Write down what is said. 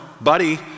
buddy